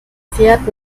fährt